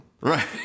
Right